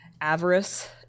Avarice